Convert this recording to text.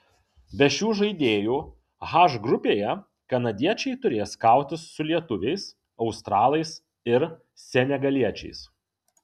be šių žaidėjų h grupėje kanadiečiai turės kautis su lietuviais australais ir senegaliečiais